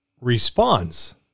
responds